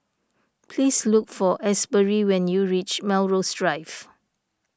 please look for Asbury when you reach Melrose Drive